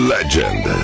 Legend